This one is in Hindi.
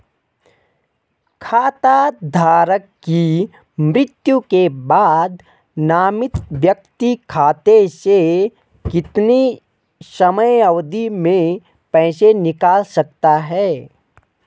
खाता धारक की मृत्यु के बाद नामित व्यक्ति खाते से कितने समयावधि में पैसे निकाल सकता है?